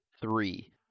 three